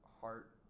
heart